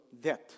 death